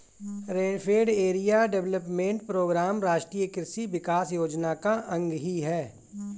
rainfed area development programme राष्ट्रीय कृषि विकास योजना का अंग ही है